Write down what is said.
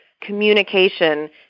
communication